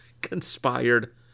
conspired